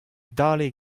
dale